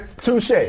Touche